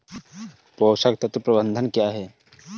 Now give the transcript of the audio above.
पोषक तत्व प्रबंधन क्या है?